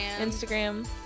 Instagram